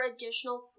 additional